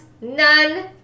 none